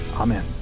Amen